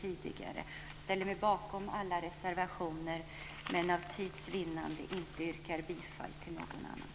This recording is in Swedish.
Jag står bakom alla våra reservationer men yrkar för tids vinnande inte bifall till någon annan.